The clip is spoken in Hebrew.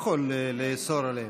דנים כאן דיון טכני על ועדה והרכבי ועדה,